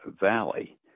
Valley